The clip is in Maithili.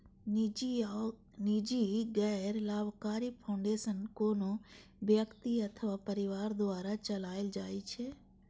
निजी गैर लाभकारी फाउंडेशन कोनो व्यक्ति अथवा परिवार द्वारा चलाएल जाइ छै